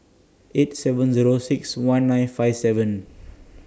eight seven Zero six one nine five seven